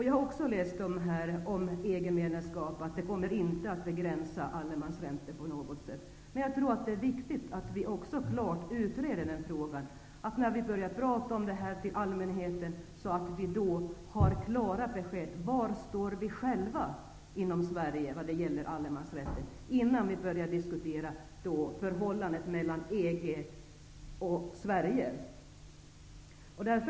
Jag har läst att ett EG-medlemskap inte kommer att begränsa allemansrätten på något sätt. Jag tror dock att det är viktigt att vi klart utreder frågan, så vi har klara besked till allmänheten när vi börjar tala om det här. Vi bör veta var vi i Sverige själva står när det gäller allemansrätten innan vi börjar diskutera förhållandet mellan EG och Sverige.